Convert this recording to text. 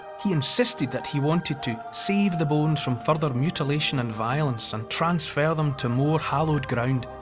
he insisted that he wanted to save the bones from further mutilation and violence and transfer them to more hallowed ground,